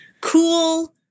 cool